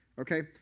Okay